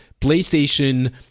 PlayStation